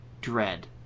dread